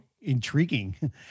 intriguing